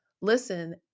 listen